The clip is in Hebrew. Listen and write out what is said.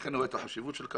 לכן אני רואה את החשיבות בכך.